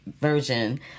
version